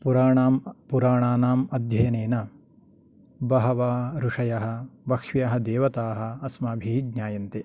पुराणां पुराणानाम् अध्ययनेन बहवः ऋषयः बह्व्यः देवताः अस्माभिः ज्ञायन्ते